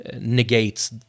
negates